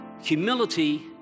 Humility